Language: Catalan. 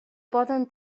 poden